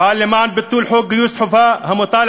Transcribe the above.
אפעל למען ביטול חוק גיוס חובה המוטל